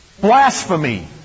blasphemy